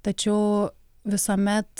tačiau visuomet